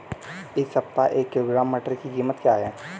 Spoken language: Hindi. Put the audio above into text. इस सप्ताह एक किलोग्राम मटर की कीमत क्या है?